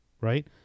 right